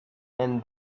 and